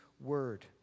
Word